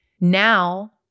now